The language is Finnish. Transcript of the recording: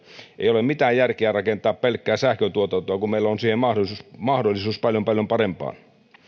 ei ole mitään järkeä rakentaa pelkkää sähköntuotantoa kun meillä on mahdollisuus mahdollisuus paljon paljon